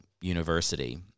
university